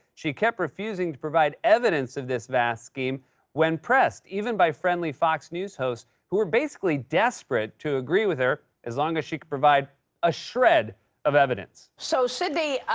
she kept refused to provide evidence of this vast scheme when pressed, even by friendly fox news hosts who are basically desperate to agree with her as long as she can provide a shred of evidence. so, sidney,